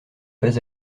pas